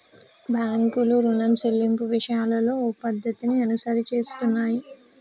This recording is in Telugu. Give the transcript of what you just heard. బాంకులు రుణం సెల్లింపు విషయాలలో ఓ పద్ధతిని అనుసరిస్తున్నాయి